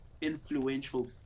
influential